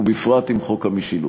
ובפרט חוק המשילות?